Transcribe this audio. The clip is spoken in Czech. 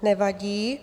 Nevadí.